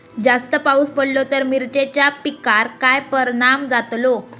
जास्त पाऊस पडलो तर मिरचीच्या पिकार काय परणाम जतालो?